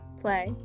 play